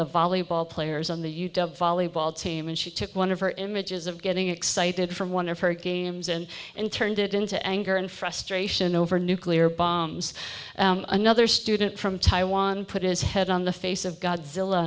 the volleyball players on the youth volleyball team and she took one of her images of getting excited from one of her games and and turned it into anger and frustration over nuclear bombs another student from taiwan put his head on the face of godzilla